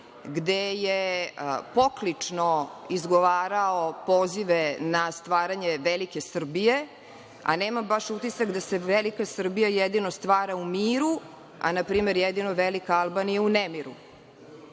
gde je poklično izgovarao pozive na stvaranje Velike Srbije, a nemam baš utisak da se Velika Srbija jedino stvara u miru, a, na primer, jedino Velika Albanija u nemiru.